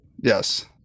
Yes